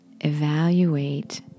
evaluate